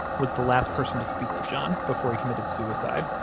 was the last person to speak to john before he committed suicide.